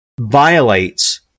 violates